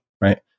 Right